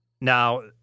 Now